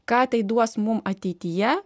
ką tai duos mum ateityje